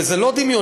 וזה לא דמיוני,